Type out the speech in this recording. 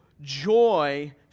joy